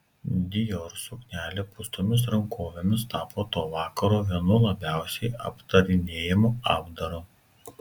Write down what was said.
dior suknelė pūstomis rankovėmis tapo to vakaro vienu labiausiai aptarinėjamu apdaru